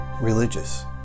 religious